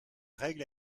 règle